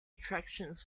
attractions